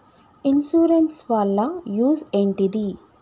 Insurance వాళ్ల use ఏంటిది?